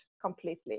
Completely